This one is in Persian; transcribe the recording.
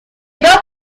بچه